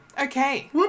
Okay